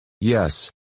Yes